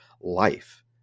life